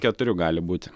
keturių gali būt